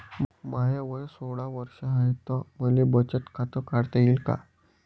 माय वय सोळा वर्ष हाय त मले बचत खात काढता येईन का?